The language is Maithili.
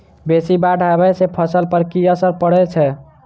बेसी बाढ़ आबै सँ फसल पर की असर परै छै?